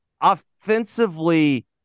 offensively